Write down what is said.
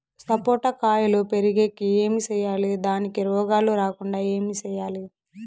సపోట కాయలు పెరిగేకి ఏమి సేయాలి దానికి రోగాలు రాకుండా ఏమి సేయాలి?